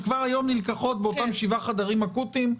שכבר היום נלקחות באותם שבעה חדרים אקוטיים,